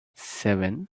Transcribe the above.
seven